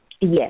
Yes